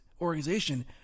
organization